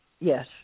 yes